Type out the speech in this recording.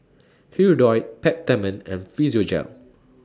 Hirudoid Peptamen and Physiogel